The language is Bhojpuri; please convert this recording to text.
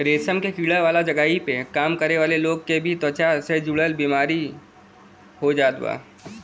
रेशम के कीड़ा वाला जगही पे काम करे वाला लोग के भी त्वचा से जुड़ल बेमारी हो जात बा